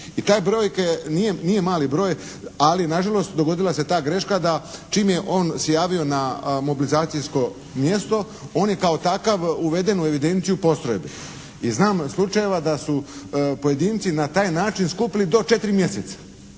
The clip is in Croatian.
I ta brojka nije mali broj, ali na žalost dogodila se ta greška da čim je on se javio na mobilizacijsko mjesto on je kao takav uveden u evidenciju postrojbi. I znam slučajeva da su pojedinci na taj način skupili do 4 mjeseca.